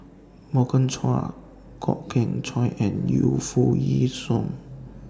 Morgan Chua Kwok Kian Chow and Yu Foo Yee Shoon